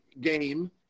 game